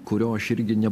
kurio aš irgi ne